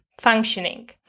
functioning